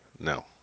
No